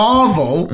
Marvel